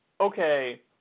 okay